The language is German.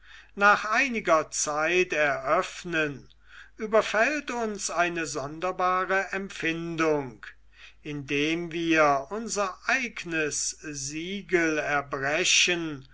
nach einiger zeit eröffnen überfällt uns eine sonderbare empfindung indem wir unser eignes siegel erbrechen